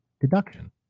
deduction